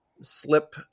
slip